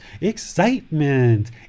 excitement